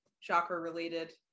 chakra-related